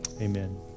Amen